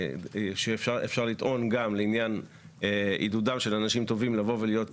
אפשר לטעון גם לעניין עידודם של אנשים טובים לבוא ולהיות